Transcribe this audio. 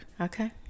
Okay